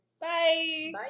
bye